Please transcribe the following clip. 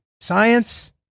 Science